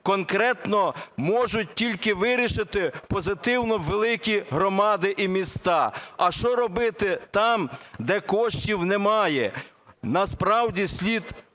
Конкретно можуть тільки вирішити позитивно великі громади і міста, а що робити там, де коштів немає? Насправді слід